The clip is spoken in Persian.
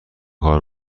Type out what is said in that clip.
کار